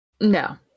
No